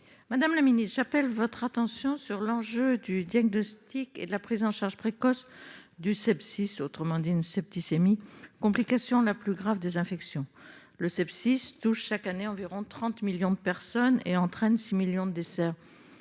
Madame la ministre, j'appelle votre attention sur l'enjeu lié au diagnostic et à la prise en charge précoce du sepsis, autrement dit d'une septicémie, complication la plus grave des infections. Le sepsis touche chaque année environ 30 millions de personnes et entraîne 6 millions de décès